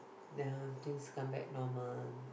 the things come back normal